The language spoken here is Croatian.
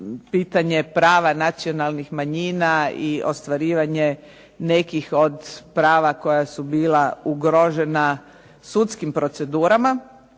pitanje prava nacionalnih manjina i ostvarivanje nekih od prava koja su bila ugrožena sudskim procedurama